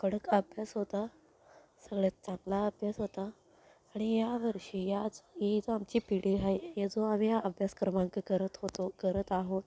कडक अभ्यास होता सगळ्यात चांगला अभ्यास होता आणि यावर्षी याच ही जो आमची पिढी आहे याचा आम्ही जो अभ्यास क्रमांक करत होतो करत आहोत